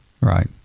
Right